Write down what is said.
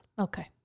Okay